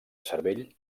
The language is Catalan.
cervell